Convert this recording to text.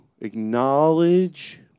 acknowledge